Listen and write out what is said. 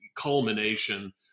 culmination